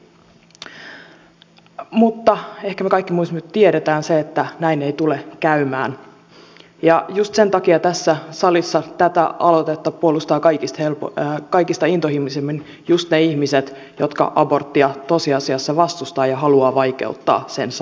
mutta ehkä me kaikki nyt myös tiedämme että näin ei tule käymään ja just sen takia tässä salissa tätä aloitetta puolustavat kaikista intohimoisimmin just ne ihmiset jotka aborttia tosiasiassa vastustavat ja haluavat vaikeuttaa sen saamista